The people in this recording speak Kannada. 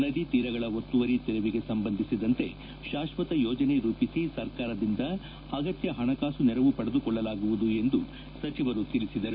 ನದಿತೀರಗಳ ಒತ್ತುವರಿ ತೆರವಿಗೆ ಸಂಬಂಧಿಸಿದಂತೆ ಶಾಶ್ವತ ಯೋಜನೆ ರೂಪಿಸಿ ಸರಕಾರದಿಂದ ಅಗತ್ಯ ಹಣಕಾಸು ನೆರವು ಪಡೆದುಕೊಳ್ಳಲಾಗುವುದು ಎಂದು ಸಚಿವರು ತಿಳಿಸಿದರು